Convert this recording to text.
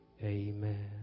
Amen